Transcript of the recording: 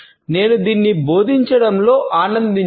నేను దీనిని బోధించడంలో ఆనందించాను